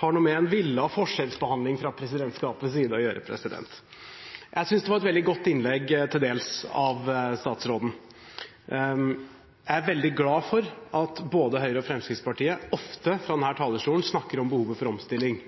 har noe med en villet forskjellsbehandling å gjøre fra presidentskapets side. Jeg synes statsrådens innlegg til dels var veldig godt, og jeg er veldig glad for at både Høyre og Fremskrittspartiet ofte fra denne talerstolen snakker om behovet for omstilling.